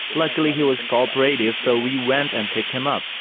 luckily he was cooperative so we went and picked him up.